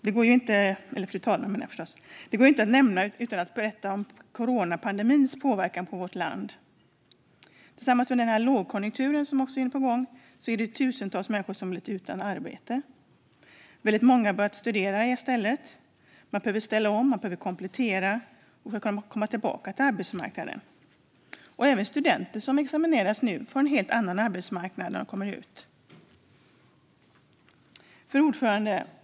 Det går inte att nämna något utan att berätta om coronapandemins påverkan på vårt land. Tillsammans med den la°gkonjunktur som också är på gång har den inneburit att tusentals ma ̈nniskor har blivit utan arbete. Väldigt många har börjat studera i stället. Man behöver ställa om, och man behöver komplettera för att kunna komma tillbaka till arbetsmarknaden. A ̈ven studenter som examineras nu får en helt annan arbetsmarknad när de kommer ut. Fru talman!